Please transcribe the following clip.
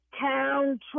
town